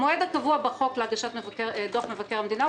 המועד הקבוע בחוק להגשת דוח מבקר המדינה הוא